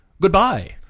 Goodbye